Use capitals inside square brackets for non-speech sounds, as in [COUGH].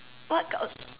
what [UNINTELLIGIBLE]